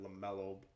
LaMelo